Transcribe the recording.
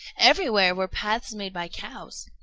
everywhere were paths made by cows.